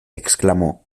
exclamó